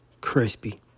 Crispy